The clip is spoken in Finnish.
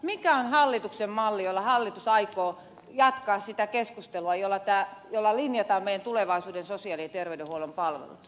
mikä on hallituksen malli jolla hallitus aikoo jatkaa sitä keskustelua jolla linjataan meidän tulevaisuuden sosiaali ja terveydenhuollon palvelut